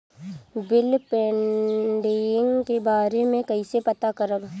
Bill pending के बारे में कईसे पता करब?